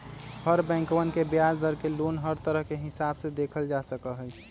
हर बैंकवन के ब्याज दर के लोन हर तरह के हिसाब से देखल जा सका हई